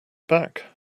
back